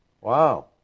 Wow